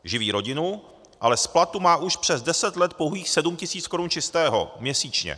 Živí rodinu, ale z platu má už přes deset let pouhých 7 tisíc korun čistého měsíčně.